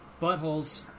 Buttholes